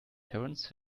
terence